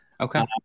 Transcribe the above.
Okay